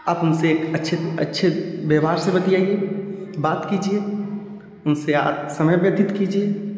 आप उन से एक अच्छे अच्छे व्यवहार से बतियाइए बात कीजिए उन से आप समय व्यतीत कीजिए